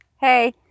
Hey